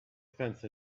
fence